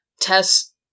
test